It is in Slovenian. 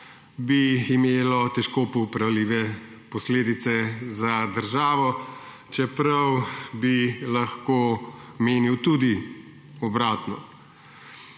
bi imelo težko popravljive posledice za državo, čeprav bi lahko menil tudi obratno.